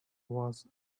was